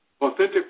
Authentic